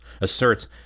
asserts